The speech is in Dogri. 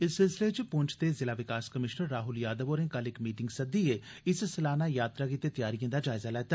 इस सिलसिले च पुंछ दे जिला विकास कमिशनर राहुल यादव होरें कल इक मीटिंग सद्दिए इस सालाना यात्रा गितै त्यारिए दा जायजा लैता